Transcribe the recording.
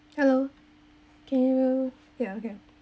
hello can you ya okay